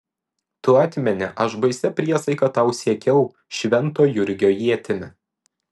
tu atmeni aš baisia priesaika tau siekiau švento jurgio ietimi